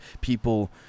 people